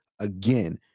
again